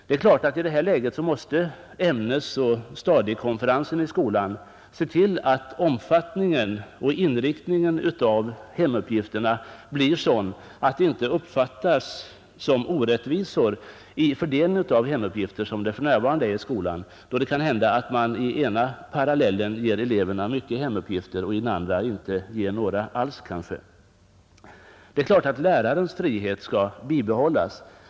Det är klart att i detta läge måste ämnesoch stadiekonferensen i skolan se till att omfattningen och inriktningen av hemuppgifterna blir sådana att de inte uppfattas såsom orättvisor i den fördelning av hemuppgifter som för närvarande är fallet i skolan. Ibland kan det ju hända att man i ena parallellen ger eleverna många hemuppgifter och i den andra kanske inga alls. Lärarens frihet skall givetvis bibehållas.